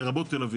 לרבות תל אביב.